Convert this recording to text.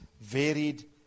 varied